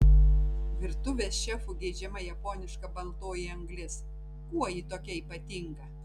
virtuvės šefų geidžiama japoniška baltoji anglis kuo ji tokia ypatinga